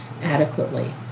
adequately